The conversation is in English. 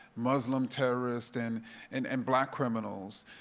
muslim terrorists, and and and black criminals.